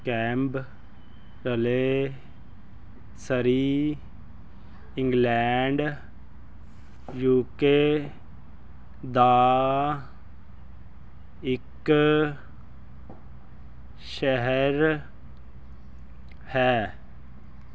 Camberley Surrey England U K ਦਾ ਇੱਕ ਸ਼ਹਿਰ ਹੈ